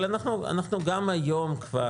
אבל אנחנו גם היום כבר